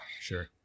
Sure